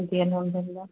جی الحمد للہ